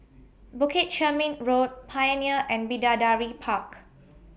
Bukit Chermin Road Pioneer and Bidadari Park